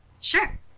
sure